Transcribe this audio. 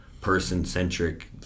person-centric